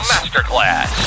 Masterclass